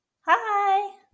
Hi